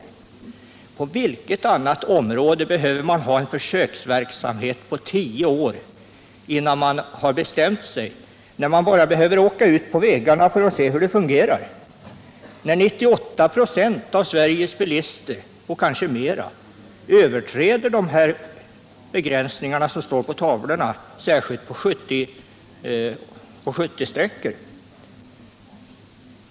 På vilket annat område behöver man ha en försöksverksamhet under tio år, innan man kan bestämma sig? Man behöver bara åka ut på vägarna för att se hur hastighetsbestämmelserna fungerar. 98 26 av Sveriges bilister, kanske fler, överträder de begränsningar som anges på tavlorna, särskilt på 70-sträckor.